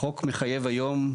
החוק מחייב היום,